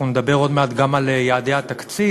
אנחנו נדבר עוד מעט גם על יעדי התקציב,